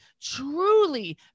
truly